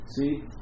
See